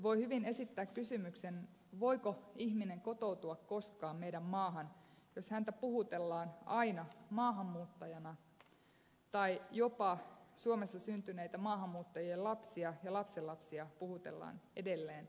voi hyvin esittää kysymyksen voiko ihminen kotoutua koskaan meidän maahamme jos häntä puhutellaan aina maahanmuuttajaksi jopa suomessa syntyneitä maahanmuuttajien lapsia ja lapsenlapsia puhutellaan edelleen maahanmuuttajiksi